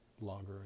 longer